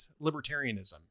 libertarianism